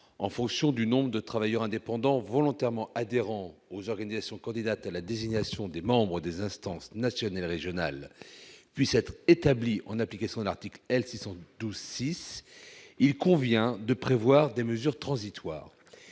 en fonction du nombre de travailleurs indépendants volontairement adhérents aux organisations candidates à la désignation des membres des instances nationale et régionales puisse être établie en application de l'article L. 612-6 du code de la sécurité sociale, il convient de prévoir des mesures transitoires.